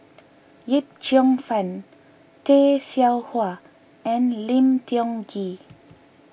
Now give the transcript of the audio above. Yip Cheong Fun Tay Seow Huah and Lim Tiong Ghee